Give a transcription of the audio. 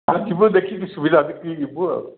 ଆଉ ଯିବୁ ଦେଖିକି ସୁବିଧା ଦେଖିକି ଯିବୁ ଆଉ